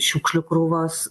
šiukšlių krūvos